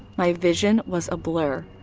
my vision was a blur.